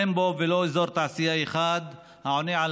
אין בו ולו אזור תעשייה אחד העונה על